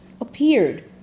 appeared